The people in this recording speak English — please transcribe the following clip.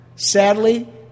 Sadly